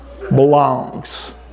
belongs